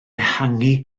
ehangu